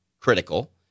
critical